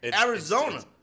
Arizona